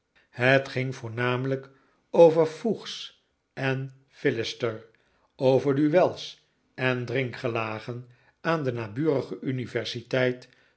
het ging voornamelijk over fuchs en philister over duels en drinkgelagen aan de naburige universiteit